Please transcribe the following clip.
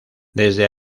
desde